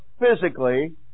physically